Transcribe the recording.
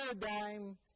paradigm